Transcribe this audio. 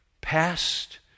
past